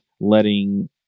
letting